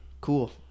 Cool